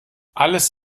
alles